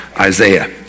Isaiah